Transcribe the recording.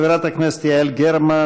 חברת הכנסת יעל גרמן.